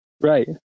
Right